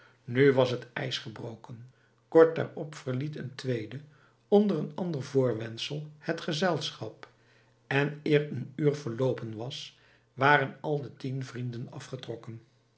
nu was het ijs gebroken kort daarop verliet een tweede onder een ander voorwendsel het gezelschap en eer een uur verloopen was waren al de tien vrienden afgetrokken